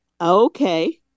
okay